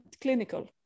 clinical